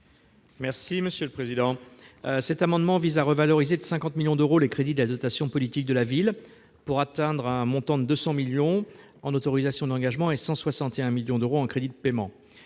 M. Didier Marie. Cet amendement vise à revaloriser de 50 millions d'euros les crédits de la dotation politique de la ville, la DPV, pour atteindre un montant de 200 millions d'euros en autorisations d'engagement et de 161 millions d'euros en crédits de paiement.